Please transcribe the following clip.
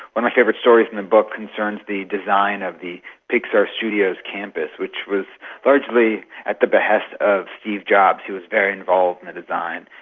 one of my favourite stories in the book concerns the design of the pixar studios campus, which was largely at the behest of steve jobs, he was very involved in the design.